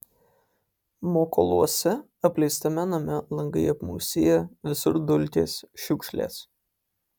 mokoluose apleistame name langai apmūsiję visur dulkės šiukšlės